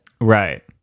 Right